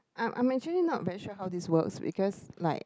I'm I'm actually not very sure how this works because like